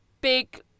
big